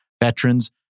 veterans